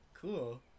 Cool